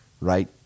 right